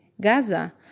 Gaza